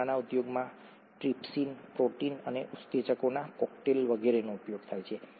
ચામડાનો ઉદ્યોગ માં trypsin protease અને ઉત્સેચકોના કોકટેલ વગેરેનો ઉપયોગ થાય છે